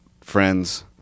friends